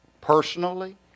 personally